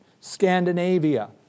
Scandinavia